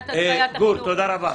גור, תודה רבה.